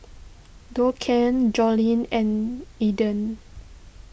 Duncan Jolene and Elden